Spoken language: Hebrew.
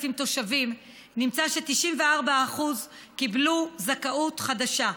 תושבים נמצא ש-94% קיבלו זכאות חדשה.